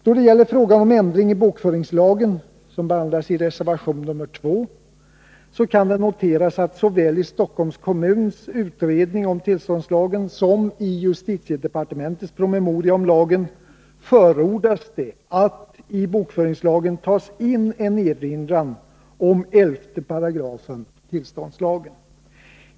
Då det gäller frågan om ändring i bokföringslagen, som behandlas i reservation 2, kan det noteras att såväl i Stockholms kommuns utredning om tillståndslagen som i justitiedepartementets promemoria om lagen förordas det att i bokföringslagen tas in en erinran om 11 § tillståndslagen.